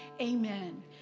amen